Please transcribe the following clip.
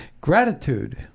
Gratitude